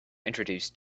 introduce